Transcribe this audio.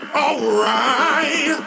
alright